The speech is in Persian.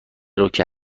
روکه